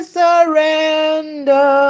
surrender